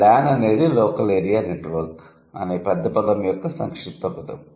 lawn అనేది local area network అనే పెద్ద పదం యొక్క సంక్షిప్త పదం